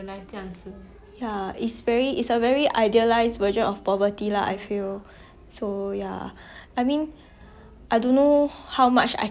I mean I don't know how much I can help but yeah if if there's a wish I can I will help I will wish to alleviate world poverty cause